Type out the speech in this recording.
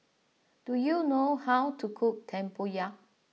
do you know how to cook Tempoyak